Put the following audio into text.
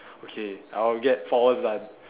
okay I will get four hours done